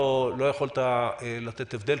לא יכולת לתת הבדל,